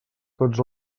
tots